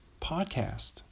podcast